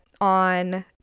on